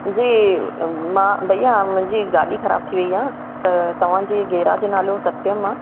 जी अं मां भैया मुंहिंजी गाॾी ख़राबु थी वेई आहे त तव्हांजे गैराज जो नालो सत्यम आहे